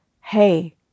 hey